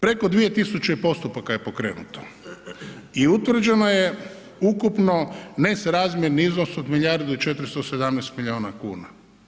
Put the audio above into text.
Preko 2000 postupaka je pokrenuto i utvrđeno je ukupno nesrazmjerni iznos od milijardu i 417 milijuna kuna.